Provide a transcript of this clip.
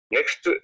Next